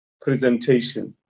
presentation